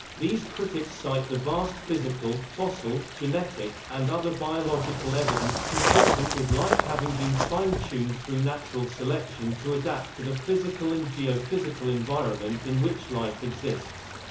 these critics cite the vast physical, fossil, genetic, and other biological evidence consistent with life having been fine-tuned through natural selection to adapt to the physical and geophysical environment in which life exists.